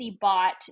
bought